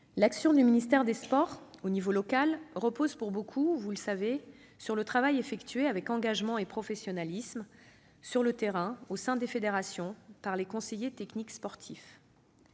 L'action du ministère des sports au niveau local repose pour beaucoup, vous le savez, sur le travail effectué avec engagement et professionnalisme, sur le terrain et au sein des fédérations, par les conseillers techniques sportifs.